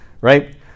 right